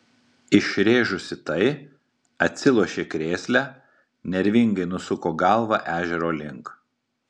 išrėžusi tai atsilošė krėsle nervingai nusuko galvą ežero link